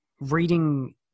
reading